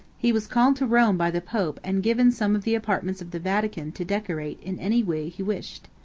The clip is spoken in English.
he was called to rome by the pope and given some of the apartments of the vatican to decorate in any way he wished.